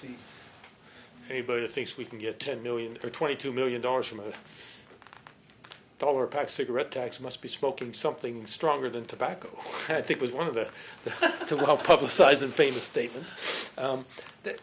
committee anybody thinks we can get ten million or twenty two million dollars from a dollar a pack cigarette tax must be smoking something stronger than tobacco i think was one of the to well publicized and famous statements that